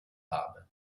habe